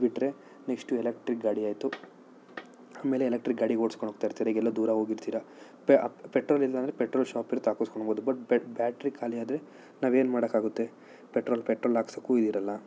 ಅದು ಬಿಟ್ರೆ next electric ಗಾಡಿ ಆಯ್ತು ಆಮೇಲೆ ಎಲೆಕ್ಟ್ರಿಕ್ ಗಾಡಿ ಓಡಿಸ್ಕೊಂಡೋಗ್ತಾ ಇರ್ತೀರಿ ಈಗ ಎಲ್ಲ ದೂರ ಹೋಗಿರ್ತೀರಿ ಪೆಟ್ರೋಲ್ ಇಲ್ಲಾಂದ್ರೆ ಪೆಟ್ರೋಲ್ ಶಾಪ್ ಇರ್ತೆ ಹಾಕಿಸ್ಕೊಳ್ಬೋದು ಬಟ್ ಬ್ಯಾಟ್ರಿ ಖಾಲಿ ಆದರೆ ನಾವು ಏನು ಮಾಡೋಕ್ಕಾಗುತ್ತೆ ಪೆಟ್ರೋಲ್ ಪೆಟ್ರೋಲ್ ಹಾಕಿಸೋಕ್ಕೂ ಇದಿರೊಲ್ಲ